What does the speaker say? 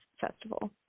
Festival